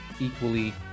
equally